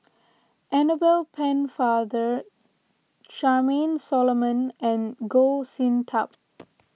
Annabel Pennefather Charmaine Solomon and Goh Sin Tub